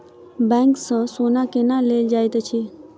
bank सँ सोना केना लेल जाइत अछि